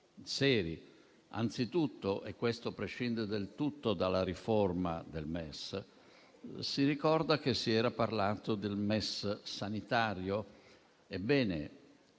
seri. Anzitutto - e questo prescinde del tutto dalla riforma del MES - si ricorda che si era parlato del MES sanitario? Ebbene,